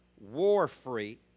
war-free